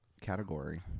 category